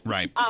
Right